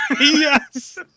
Yes